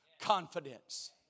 Confidence